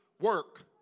Work